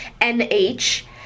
N-H